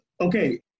Okay